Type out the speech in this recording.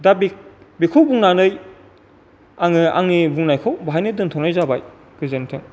दा बेखौ बुंनानै आङो आंनि बुंनायखौ बेवहायनो दोनथनाय जाबाय गोजोनथों